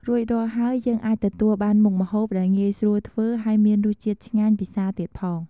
រួចរាល់ហើយ យើងអាចទទួលបានមុខម្ហូបដែលងាយស្រួលធ្វើហើយមានរសជាតិឆ្ងាញ់ពិសាទៀតផង។